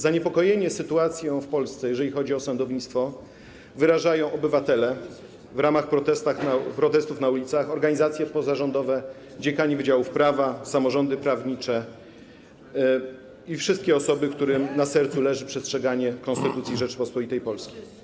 Zaniepokojenie sytuacją w Polsce, jeżeli chodzi o sądownictwo, wyrażają obywatele w ramach protestów na ulicach, organizacje pozarządowe, dziekani wydziałów prawa, samorządy prawnicze, i wszystkie osoby, którym na sercu leży przestrzeganie Konstytucji Rzeczypospolitej Polskiej.